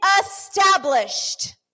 established